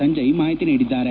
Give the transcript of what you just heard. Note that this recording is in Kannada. ಸಂಜಯ್ ಮಾಹಿತಿ ನೀಡಿದ್ದಾರೆ